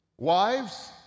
Wives